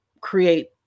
create